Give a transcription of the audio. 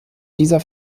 dieser